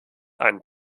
einen